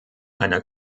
einer